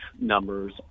numbers